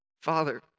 Father